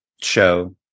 show